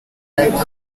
types